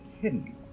hidden